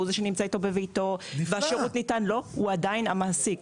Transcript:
נמצא איתו בביתו ושהשירות ניתן לו הוא עדיין המעסיק.